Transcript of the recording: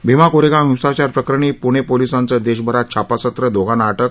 भीमा कोरेगांव हिंसाचार प्रकरणी प्णे पोलिसांचं देशभरात छापासत्र दोघांना अटक